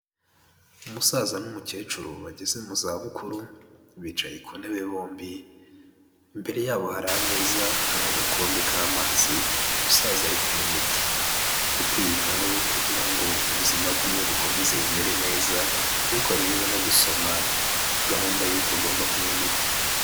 Umusaza n'umukecuru bageze mu zabukuru, bicaye ku ntebe bombi, imbere yabo hari ameza, hari agakombe k'amazi, umusaza ari kuywa imiti yo kwiyitaho kugira ngo ubuzima bwe bukomeze bumere neza ariko arimo no gusoma gahunda y'uko agomba kunywa imiti.